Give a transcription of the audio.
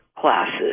classes